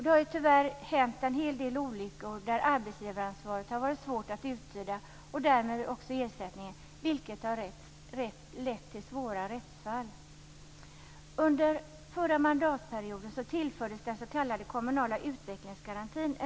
Det har tyvärr hänt en hel del olyckor där arbetsgivaransvaret har varit svårt att uttyda och därmed också ersättningen, vilket har lett till svåra rättsfall.